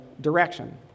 direction